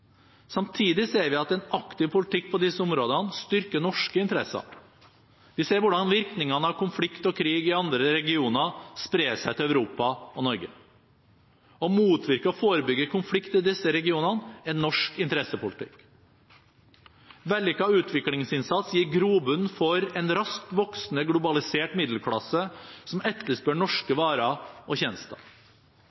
Samtidig ser vi at en aktiv politikk på disse områdene styrker norske interesser. Vi ser hvordan virkningen av konflikt og krig i andre regioner sprer seg til Europa og Norge. Å motvirke og forebygge konflikt i disse regionene er norsk interessepolitikk. En vellykket utviklingsinnsats gir grobunn for en raskt voksende globalisert middelklasse som etterspør norske varer og tjenester.